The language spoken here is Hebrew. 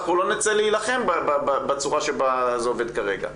אנחנו לא נצא להילחם בצורה שבה זה עובד כרגע.